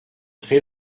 très